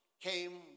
came